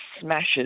smashes